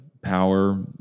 power